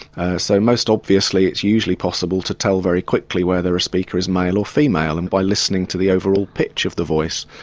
so most obviously it's usually possible to tell very quickly whether a speaker is male or female and by listening to the overall pitch of the voice.